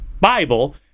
Bible